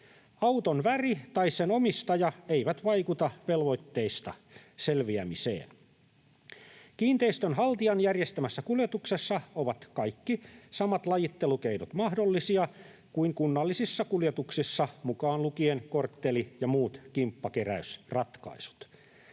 Auton väri tai sen omistaja eivät vaikuta velvoitteista selviämiseen. Kiinteistön haltijan järjestämässä kuljetuksessa ovat kaikki samat lajittelukeinot mahdollisia kuin kunnallisissa kuljetuksissa mukaan lukien kortteli- ja muut kimppakeräysratkaisut.